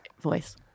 voice